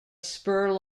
spur